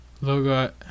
logo